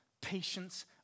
patience